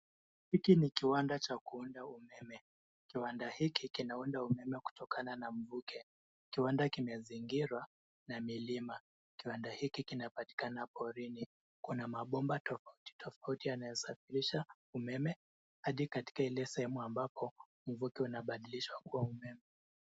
Hiki ni kiwanda cha kuunda umeme. Kiwanda hiki kinaunda umeme kutokana na mvuke. Kiwanda kimezingirwa na milima. Kiwanda hiki kinapatikana porini. Kuna mabomba tofauti tofauti, yanayosafirisha umeme hadi katika ile sehemu ambako mvuke unabadilishwa kuwa umeme.